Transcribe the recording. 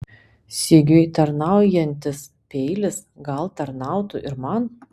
sigiui tarnaujantis peilis gal tarnautų ir man